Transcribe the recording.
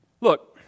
Look